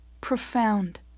profound